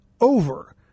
over